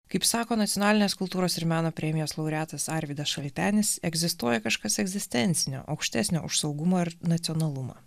kaip sako nacionalinės kultūros ir meno premijos laureatas arvydas šaltenis egzistuoja kažkas egzistencinio aukštesnio už saugumą ir nacionalumą